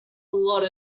lot